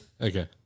Okay